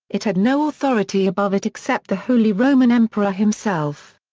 it had no authority above it except the holy roman emperor himself.